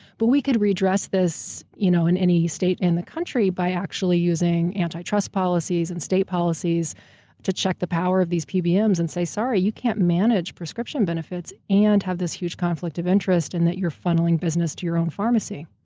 but we could redress this you know in any state in the country by actually using anti-trust policies and state policies to check the power of these ah pbms and say, sorry, you can't manage prescription benefits and have this huge conflict of interest in that you're funneling business to your own pharmacy.